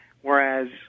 whereas